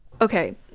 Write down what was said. okay